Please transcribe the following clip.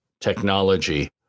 technology